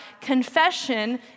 Confession